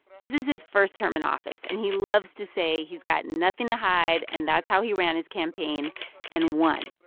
this is his first term in office. and he loves to say he's got nothing to hide, and that's how he ran his campaign and won.